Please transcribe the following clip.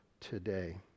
today